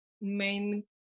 main